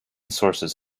sources